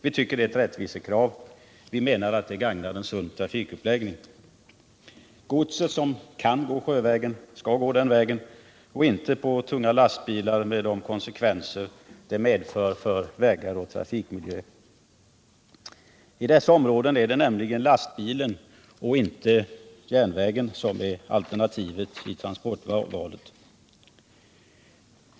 Vi tycker att detta är ett rättvisekrav och menar att det gagnar en sund trafikuppläggning. Gods som kan gå sjövägen skall gå den vägen och inte på tunga lastbilar med de konsekvenser detta medför för vägar och trafikmiljö. I dessa områden är det nämligen lastbilen och inte järnvägen som är alternativet i transportvalet.